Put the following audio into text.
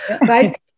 right